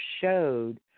showed